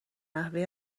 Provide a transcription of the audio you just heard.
نحوه